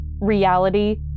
reality